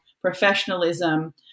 professionalism